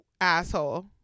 Asshole